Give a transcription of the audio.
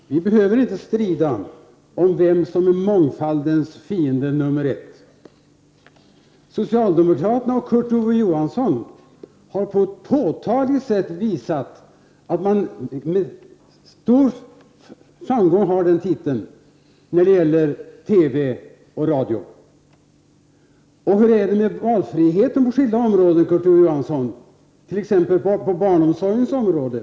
Herr talman! Vi behöver inte strida om vem som är mångfaldens fiende nr 1. Socialdemokraterna och Kurt Ove Johansson har på ett påtagligt sätt visat att de med stor framgång har den titeln när det gäller TV och radio. Och hur är det med valfriheten på olika områden, Kurt Ove Johansson, t.ex. på barnomsorgens område?